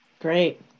Great